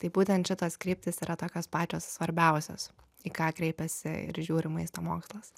tai būtent šitos kryptys yra tokios pačios svarbiausios į ką kreipiasi ir žiūri maisto mokslas